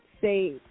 say